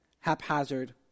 haphazard